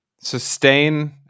sustain